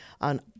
on